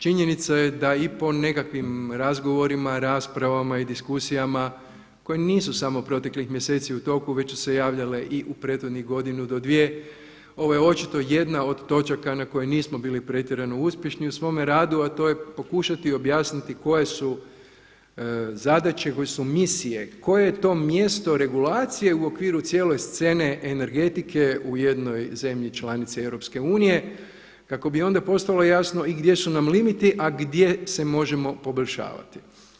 Činjenica je da i po nekakvim razgovorima, raspravama i diskusijama koje nisu samo proteklih mjeseci u toku već su se javljale i u prethodnih godinu do dvije, ovo je očito jedna od točaka na koje nismo bili pretjerano uspješni u svome radu a to je pokušati objasniti koje su zadaće, koje su misije, koje je to mjesto regulacije u okviru cijele scene energetike u jednoj zemlji članici EU kako bi onda postalo jasno i gdje su nam limiti a gdje se možemo poboljšavati.